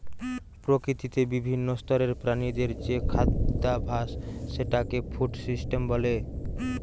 প্রকৃতিতে বিভিন্ন স্তরের প্রাণীদের যে খাদ্যাভাস সেটাকে ফুড সিস্টেম বলে